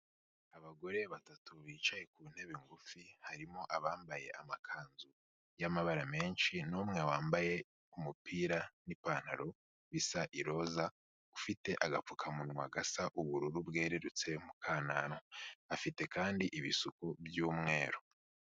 Abagore batatu bicaye ku ntebe ngufi, harimo abambaye amakanzu y'amabara menshi n'umwe wambaye umupira n'ipantaro bisa iroza, ufite agapfukamunwa gasa ubururu bwerurutse mu kananwa, afite kandi ibisuko by'umweru.